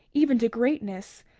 even to greatness,